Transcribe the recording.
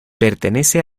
pertenece